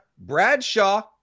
Bradshaw